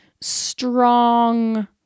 strong